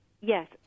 yes